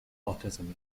autism